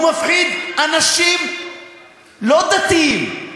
הוא מפחיד אנשים לא דתיים,